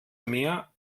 mehr